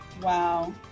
Wow